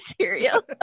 cereal